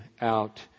out